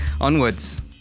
Onwards